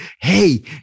hey